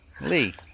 Lee